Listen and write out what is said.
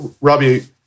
Robbie